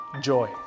joy